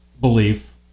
belief